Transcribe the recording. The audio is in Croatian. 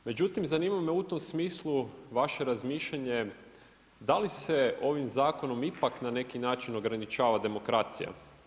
Međutim zanima me u tom smislu vaše razmišljanje da li se ovim zakonom ipak na neki način ograničava demokracija?